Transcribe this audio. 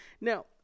Now